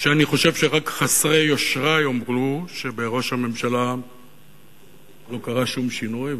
שאני חושב שרק חסרי יושרה יאמרו שבראש הממשלה לא קרה שום שינוי,